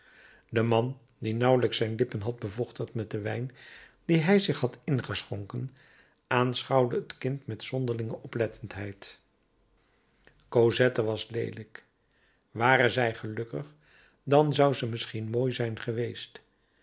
de man die nauwelijks zijn lippen had bevochtigd met den wijn dien hij zich had ingeschonken aanschouwde het kind met zonderlinge oplettendheid cosette was leelijk ware zij gelukkig dan zou ze misschien mooi zijn geweest